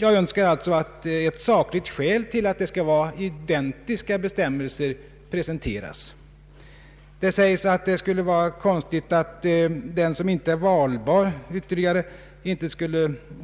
Jag önskar alltså att ett sakligt skäl till att det skall vara identiska bestämmelser presenteras. Det sägs att det skulle vara konstigt om den som inte är valbar